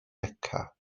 beca